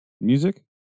music